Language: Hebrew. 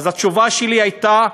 אז התשובה שלי הייתה: